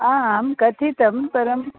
आं कथितं परं